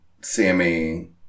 Sammy